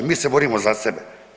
Mi se borimo za sebe.